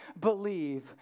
believe